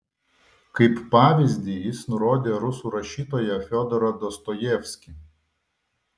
kaip pavyzdį jis nurodė rusų rašytoją fiodorą dostojevskį